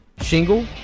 Shingle